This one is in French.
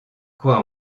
quoi